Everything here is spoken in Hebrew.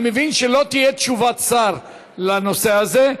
אני מבין שלא תהיה תשובת שר בנושא הזה.